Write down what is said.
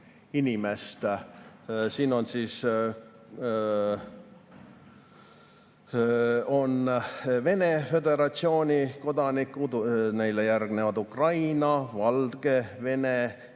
inimest. Siin on Vene föderatsiooni kodanikud, neile järgnevad Ukraina, Valgevene